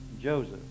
Joseph